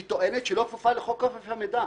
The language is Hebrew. היא טוענת שהיא לא כפופה לחוק חופש המידע.